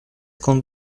kun